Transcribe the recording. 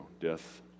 Death